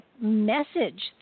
message